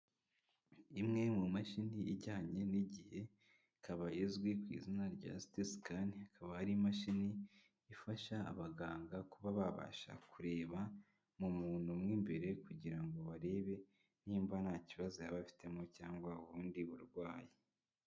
Imwe mu mashini ijyanye n'igihe, ikaba izwi ku izina rya siti sikani, ikaba ari imashini ifasha abaganga kuba babasha kureba mu muntu mo imbere, kugira ngo barebe nimba nta kibazo yaba afitemo cyangwa ubundi burwayi.